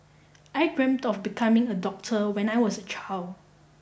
I dreamt of becoming a doctor when I was a child